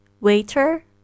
Waiter